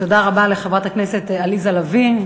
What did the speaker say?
תודה רבה לחברת הכנסת עליזה לביא.